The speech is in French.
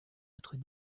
autres